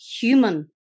human